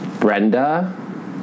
Brenda